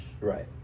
Right